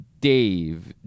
Dave